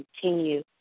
continue